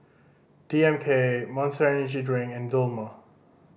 D M K Monster Energy Drink and Dilmah